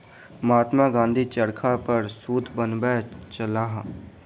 महात्मा गाँधी चरखा पर सूत बनबै छलाह